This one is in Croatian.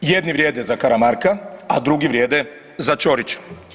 Jedni vrijede za Karamarka, a drugi vrijede za Ćorića.